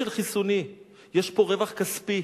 יש פה רווח כספי.